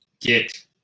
get